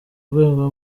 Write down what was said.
rwego